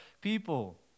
people